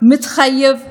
מתחייב פה.